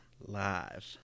Live